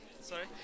Sorry